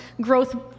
growth